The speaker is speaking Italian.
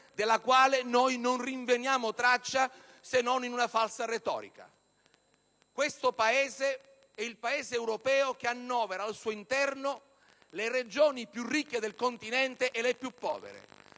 della quale noi non rinveniamo traccia se non in una falsa retorica. Questo è il Paese europeo che annovera al suo interno le regioni più ricche del continente e le più povere,